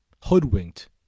hoodwinked